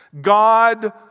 God